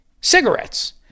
cigarettes